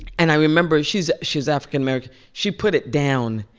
and i remember she's she's african-american she put it down,